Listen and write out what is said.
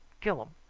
killum.